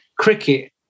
cricket